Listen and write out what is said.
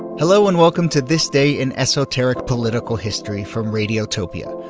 hello and welcome to this day in esoteric political history from radiotopia.